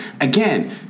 Again